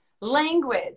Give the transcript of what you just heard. Language